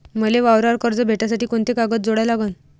मले वावरावर कर्ज भेटासाठी कोंते कागद जोडा लागन?